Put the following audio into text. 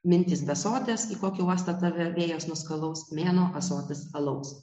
mintys besotės į kokį uostą tave vėjas nuskalaus mėnuo ąsotis alaus